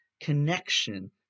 connection